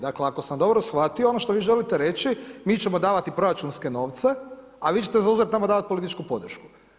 Dakle, ako sam dobro shvatio, ono što vi želite reći, mi ćemo davati proračunske novce, a vi ćete za uzvrat nama davati političku podršku.